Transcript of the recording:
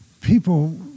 people